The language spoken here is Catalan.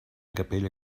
capella